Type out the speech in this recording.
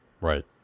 Right